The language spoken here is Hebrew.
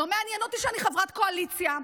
לא מעניין אותי שאני חברת קואליציה.